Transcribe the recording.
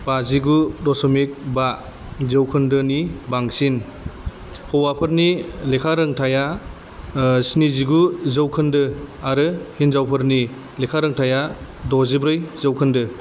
बाजिगु दसमिक बा जौखोन्दोनि बांसिन हौवाफोरनि लेखारोंथाया स्निजिगु जौखोन्दो आरो हिनजावफोरनि लेखारोंथाया दजिब्रै जौखोन्दो